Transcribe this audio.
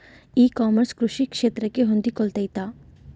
E commerce ಕೃಷಿ ಕ್ಷೇತ್ರಕ್ಕೆ ಹೊಂದಿಕೊಳ್ತೈತಾ?